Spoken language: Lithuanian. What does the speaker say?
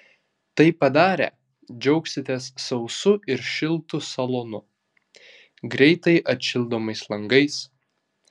tai padarę džiaugsitės sausu ir šiltu salonu greitai atšildomais langais